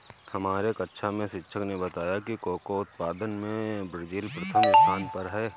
हमारे कक्षा में शिक्षक ने बताया कि कोको उत्पादन में ब्राजील प्रथम स्थान पर है